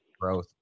growth